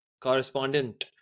correspondent